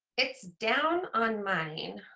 it's down on mine.